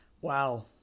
Wow